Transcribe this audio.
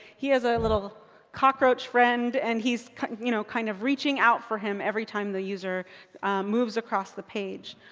he has a little cockroach friend and he's kind you know kind of reaching out for him, any time the user moves across the page.